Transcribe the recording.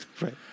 right